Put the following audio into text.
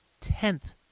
tenth